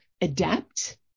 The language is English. adapt